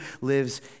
lives